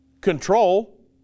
control